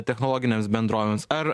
technologinėms bendrovėms ar